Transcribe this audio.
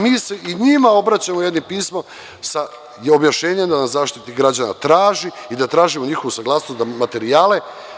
Mi se i njima obraćamo jednim pismom sa objašnjenjem da nam Zaštitnik građana traži i da tražimo njihovu saglasnost za materijale.